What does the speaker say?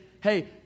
hey